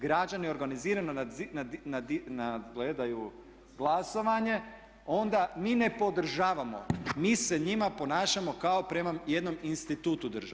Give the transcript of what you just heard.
Građani organizirano nadgledaju glasovanje, onda mi ne podržavamo, mi se njima ponašamo kao prema jednom institutu državnom.